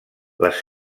les